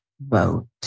vote